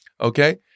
Okay